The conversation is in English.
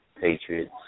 Patriots